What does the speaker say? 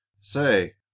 Say